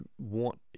want